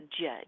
judge